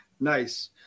Nice